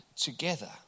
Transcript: together